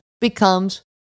becomes